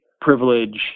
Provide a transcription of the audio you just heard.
privilege